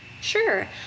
Sure